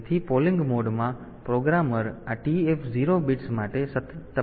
તેથી પોલીંગ મોડમાં પ્રોગ્રામર આ TF0 બિટ્સ માટે સતત તપાસ કરી શકે છે